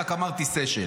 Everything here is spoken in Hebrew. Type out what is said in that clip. רק אמרתי "סשן".